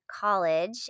college